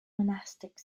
monastic